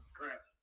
Correct